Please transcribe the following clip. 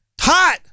Hot